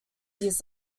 years